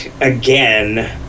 again